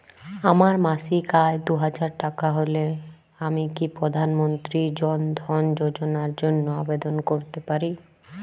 আমার মাসিক আয় দুহাজার টাকা হলে আমি কি প্রধান মন্ত্রী জন ধন যোজনার জন্য আবেদন করতে পারি?